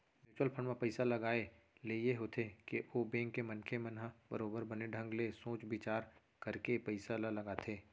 mutual fund म पइसा लगाए ले ये होथे के ओ बेंक के मनखे मन ह बरोबर बने ढंग ले सोच बिचार करके पइसा ल लगाथे